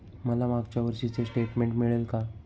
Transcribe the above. मला मागच्या वर्षीचे स्टेटमेंट मिळेल का?